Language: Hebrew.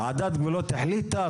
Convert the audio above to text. ועדת גבולות החליטה,